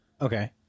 Okay